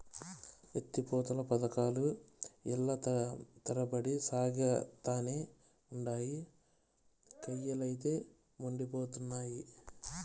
ఎత్తి పోతల పదకాలు ఏల్ల తరబడి సాగతానే ఉండాయి, కయ్యలైతే యెండిపోతున్నయి